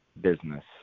business